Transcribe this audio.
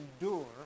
endure